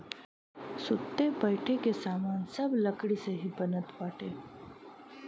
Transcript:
सुते बईठे के सामान सब लकड़ी से ही बनत बाटे